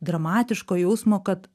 dramatiško jausmo kad